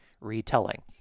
retelling